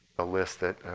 the list that